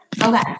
okay